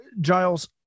Giles